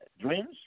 dreams